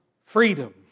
freedom